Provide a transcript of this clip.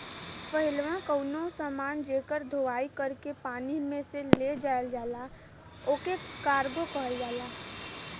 पहिलवा कउनो समान जेकर धोवाई कर के पानी में से ले जायल जाला ओके कार्गो कहल जाला